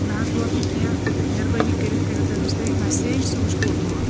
سُہ نہ حظ ووت نہٕ کیٛنٚہہ مہربٲنی کٔرِتھ کرِو تٔمِس تُہۍ مسیج سُہ وٕچھ کوٚت ووت